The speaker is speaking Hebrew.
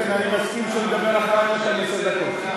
איתן, אני מסכים שנדבר אחרי עשר דקות.